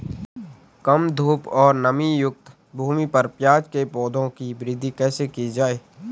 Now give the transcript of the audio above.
कम धूप और नमीयुक्त भूमि पर प्याज़ के पौधों की वृद्धि कैसे की जाए?